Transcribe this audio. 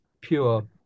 pure